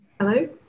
Hello